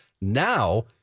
Now